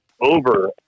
over